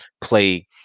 play